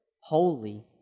holy